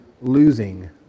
losing